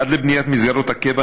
עד לבניית מסגרות הקבע,